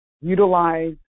utilize